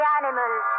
animals